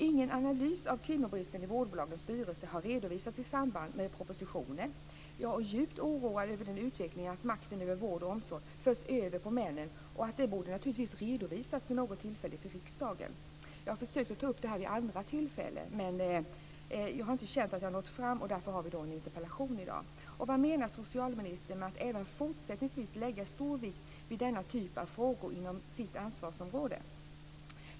Ingen analys av kvinnobristen i vårdbolagens styrelser har redovisats i samband med propositionen. Jag är djupt oroad över utvecklingen att makten över vård och omsorg förs över till männen. Det borde naturligtvis redovisas till riksdagen vid något tillfälle. Jag har försökt att ta upp detta vid andra tillfällen, men jag har inte känt att jag har nått fram, och därför har vi denna interpellationsdebatt i dag. Vad menar socialministern med att även fortsättningsvis lägga stor vikt vid denna typ av frågor inom sitt ansvarsområde?